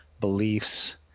beliefs